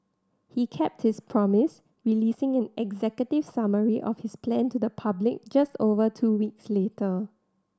he kept his promise releasing an executive summary of his plan to the public just over two weeks later